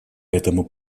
этому